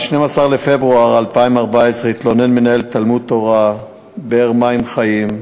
1. בתאריך 12 בפברואר 2014 התלונן מנהל תלמוד-תורה "באר מים חיים"